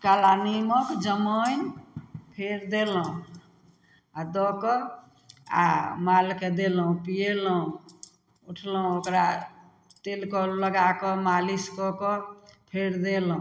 काला नीमक जमाइन फेर देलहुँ आओर दऽ कऽ आओर मालके देलहुँ पियेलहुँ उठलहुँ ओकरा तेल करू लगाकऽ मालिश कए कऽ फेर देलहुँ